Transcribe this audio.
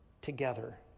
together